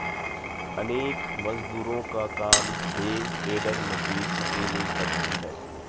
अनेक मजदूरों का काम हे टेडर मशीन अकेले करती है